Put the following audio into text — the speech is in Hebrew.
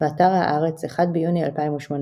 באתר הארץ, 1 ביוני 2018